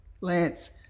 Lance